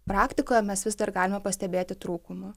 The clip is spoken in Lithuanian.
praktikoje mes vis dar galime pastebėti trūkumų